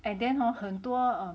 and then hor 很多